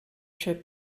trip